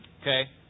Okay